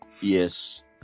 Yes